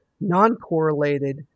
non-correlated